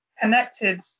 connected